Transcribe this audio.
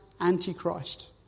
Antichrist